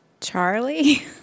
Charlie